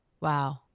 Wow